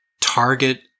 target